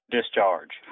discharge